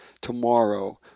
tomorrow